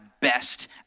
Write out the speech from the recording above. best